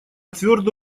твердо